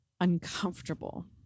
Uncomfortable